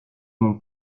mon